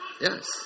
Yes